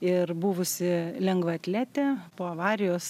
ir buvusi lengvaatletė po avarijos